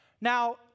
Now